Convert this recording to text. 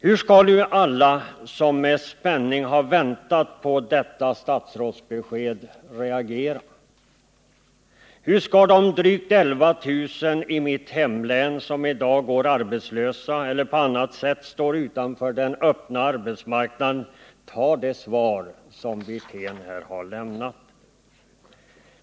Hur skall nu alla som med spänning har väntat på detta statsrådsbesked reagera? Hur skall de drygt 11 000 i mitt hemlän som i dag går arbetslösa eller på annat sätt står utanför den öppna arbetsmarknaden ta det svar som Rolf Wirtén här har lämnat?